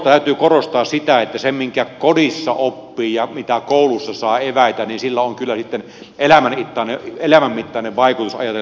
täytyy korostaa sitä että sillä minkä kodissa oppii ja mitä koulussa saa eväitä on kyllä sitten elämän mittainen vaikutus ajatellen liikuntaharrastusta